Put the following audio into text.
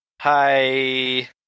Hi